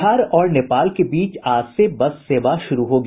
बिहार और नेपाल के बीच आज से बस सेवा शुरू होगी